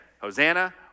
Hosanna